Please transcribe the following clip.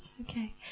Okay